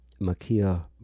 Makia